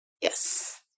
Yes